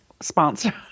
sponsor